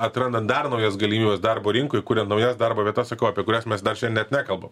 atrandant dar naujas galimybes darbo rinkoj kuriant naujas darbo vietas sakau apie kurias mes dažnai net nekalbam